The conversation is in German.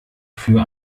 für